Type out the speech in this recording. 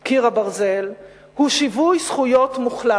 "קיר הברזל" "הוא שיווי זכויות מוחלט.